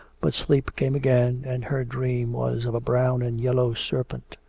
but sleep came again, and her dream was of a brown and yellow serpent.